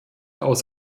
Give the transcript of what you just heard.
aus